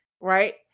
right